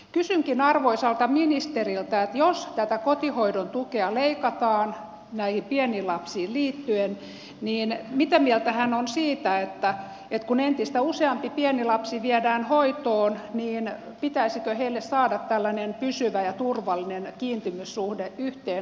kysynkin arvoisalta ministeriltä että jos tätä kotihoidon tukea leikataan näihin pieniin lapsiin liittyen niin mitä mieltä hän on siitä että kun entistä useampi pieni lapsi viedään hoitoon niin pitäisikö heille saada tällainen pysyvä ja turvallinen kiintymyssuhde yhteen aikuiseen